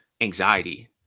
anxiety